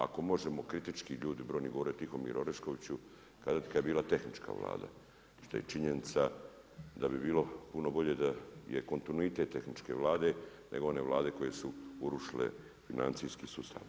Ako možemo kritički ljudi brojni govore o Tihomiru Oreškoviću kazati kada je bila tehnička Vlada što je i činjenica da bi bilo puno bolje da je kontinuitet tehničke Vlade nego one Vlade koje su urušile financijski sustav.